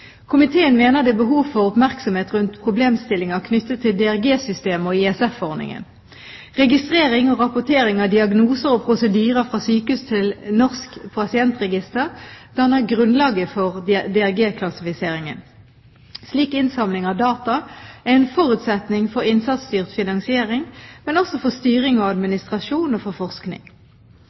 Komiteen mener det er behov for oppmerksomhet rundt problemstillinger knyttet til DRG-systemet og ISF-ordningen. Registrering og rapportering av diagnoser og prosedyrer fra sykehus til Norsk pasientregister danner grunnlaget for DRG-klassifiseringen. Slik innsamling av data er en forutsetning for innsatsstyrt finansiering, men også for styring og administrasjon og for forskning.